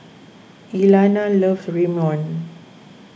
Elana loves Ramyeon